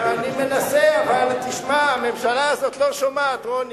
אני מנסה, אבל תשמע, הממשלה הזאת לא שומעת, רוני.